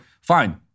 fine